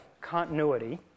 continuity